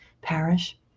Parish